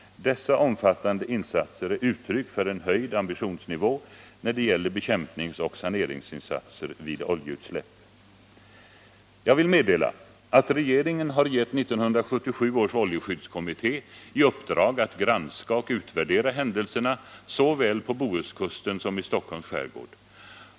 Dessa omfattande insatser är uttryck för en höjd ambitionsnivå när det gäller bekämpningsoch saneringsinsatser vid oljeutsläpp. Jag vill meddela att regeringen har gett 1977 års oljeskyddskommitté i uppdrag att granska och utvärdera händelserna såväl på Bohuskusten som i Stockholms skärgård.